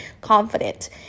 confident